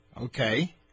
Okay